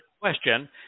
question